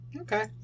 Okay